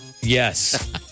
yes